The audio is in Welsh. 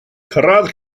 cyrraedd